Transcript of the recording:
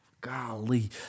golly